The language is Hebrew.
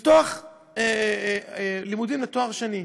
לפתוח לימודים לתואר שני.